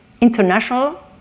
international